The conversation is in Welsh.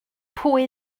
pwy